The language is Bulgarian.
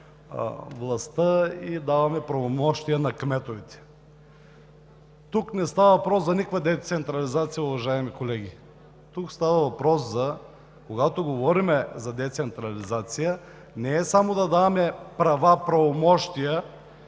властта и даваме правомощия на кметовете“. Тук не става въпрос за никаква децентрализация, уважаеми колеги. Когато говорим за децентрализация, не става въпрос само да даваме права, правомощия